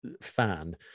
fan